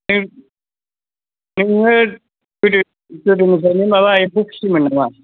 नों गोदो गोदोनिफ्रायनो माबा एम्फौ फिसियोमोन नामा